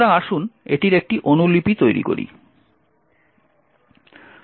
সুতরাং আসুন এটির একটি অনুলিপি তৈরি করি